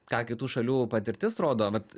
ką kitų šalių patirtis rodo vat